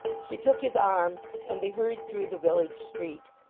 she took his arm and they hurried through the village street.